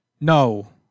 No